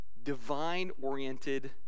divine-oriented